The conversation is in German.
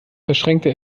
verschränkte